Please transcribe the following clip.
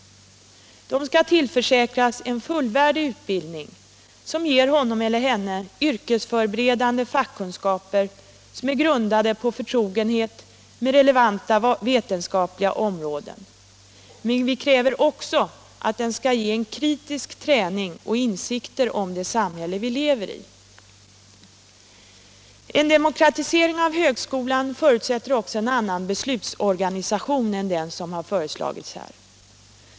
De skall tillförsäkras en fullvärdig utbildning som ger dem yrkesförberedande fackkunskaper, grundade på förtrogenhet med relevanta vetenskapliga områden. Men vi kräver också att utbildningen skall ge kritisk träning och insikter om det samhälle vi lever i. Men demokratisering av högskolan förutsätter också en annan beslutsorganisation än den som har föreslagits här.